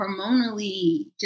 hormonally